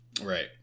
Right